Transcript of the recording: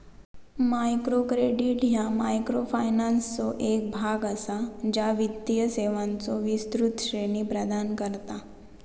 micro credit ह्या मायक्रोफायनान्सचो एक भाग असा, ज्या वित्तीय सेवांचो विस्तृत श्रेणी प्रदान करता